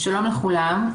שלום לכולם,